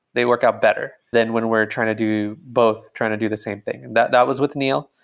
they work out better than when we're trying to do both, trying to do the same thing. and that that was with neil.